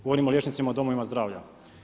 Govorimo o liječnicima u domovima zdravlja.